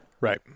Right